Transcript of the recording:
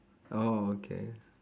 orh okay